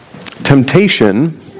Temptation